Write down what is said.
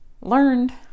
learned